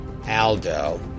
Aldo